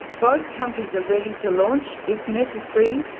both countries are ready to launch if necessary.